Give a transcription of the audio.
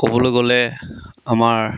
ক'বলৈ গ'লে আমাৰ